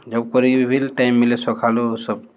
job କରିକି ଭି time ମିଲେ ସଖାଲୁ ସବ୍